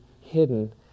hidden